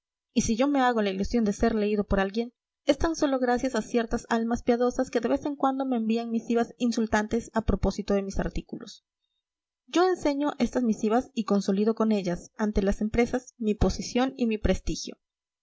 y si yo me hago la ilusión de ser leído por alguien es tan sólo gracias a ciertas almas piadosas que de vez en cuando me envían misivas insultantes a propósito de mis artículos yo enseño estas misivas y consolido con ellas ante las empresas mi posición y mi prestigio